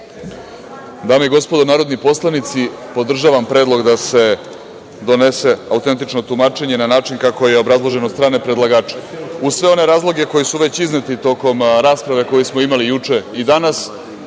Dame i gospodo narodni poslanici, podržavam predlog da se donese autentično tumačenje na način kako je obrazloženo od strane predlagača. Uz sve one razloge koji su već izneti tokom rasprave koju smo imali juče i danas,